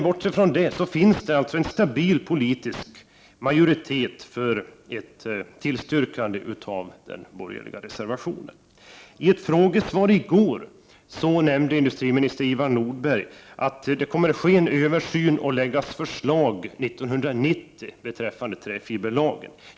Bortsett från det, finns det alltså en stabil politisk majoritet för ett tillstyrkande av den borgerliga reservationen. I ett frågesvar i går nämnde industriminister Ivar Nordberg att det kommer att ske en översyn och framläggas ett förslag 1990 beträffande träfiberlagen.